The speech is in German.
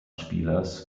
spielers